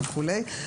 וכולי,